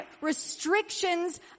restrictions